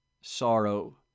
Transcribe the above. sorrow